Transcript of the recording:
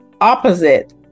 opposite